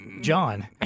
John